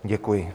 Děkuji.